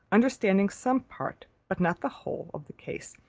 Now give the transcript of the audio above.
understanding some part, but not the whole of the case,